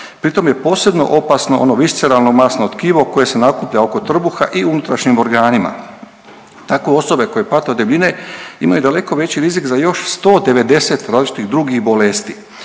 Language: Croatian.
Pri tome je posebno opasno ono viscelarno masno tkivo koje se nakuplja oko trbuha i u unutrašnjim organima. Tako osobe koje pate od debljine imaju daleko veći rizik za još 190 različitih drugih bolesti.